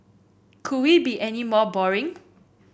could we be any more boring